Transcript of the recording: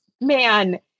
man